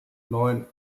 neun